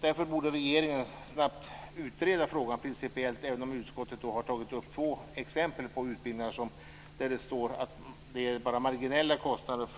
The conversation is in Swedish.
Därför borde regeringen snabbt utreda frågan principiellt, även om utskottet har tagit upp två exempel på utbildningar där det står att det bara är marginella kostnader